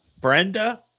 Brenda